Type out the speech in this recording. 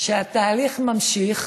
שהתהליך נמשך,